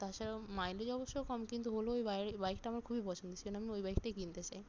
তাছাড়াও মাইলেজ অবশ্য কম কিন্তু হলেও ওই বাইকটা আমার খুবই পছন্দের সেই জন্য আমি ওই বাইকটাই কিনতে চাই